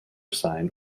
sign